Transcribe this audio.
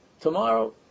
Tomorrow